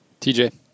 TJ